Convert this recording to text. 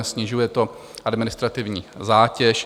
Snižuje to administrativní zátěž.